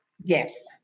Yes